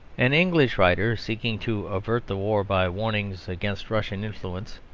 an english writer, seeking to avert the war by warnings against russian influence,